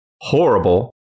Horrible